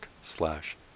slash